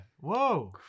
Whoa